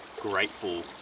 grateful